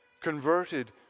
converted